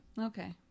Okay